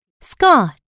Scott